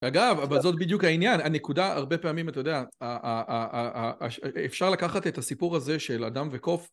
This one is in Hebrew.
אגב, אבל זאת בדיוק העניין, הנקודה, הרבה פעמים, אתה יודע, ה.. ה.. ה.. אפשר לקחת את הסיפור הזה של אדם וקוף.